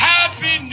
Happy